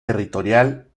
territorial